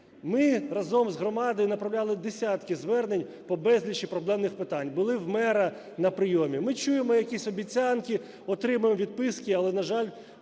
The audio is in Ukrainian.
Ми разом з громадою направляли десятки звернень по безлічі проблемних питань, були в мера на прийомі. Ми чуємо якісь обіцянки, отримуємо відписки, але, на жаль,